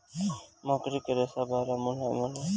मकड़ी के रेशा बड़ा मुलायम होला